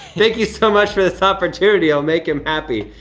thank you so much for this opportunity, it'll make him happy.